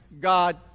God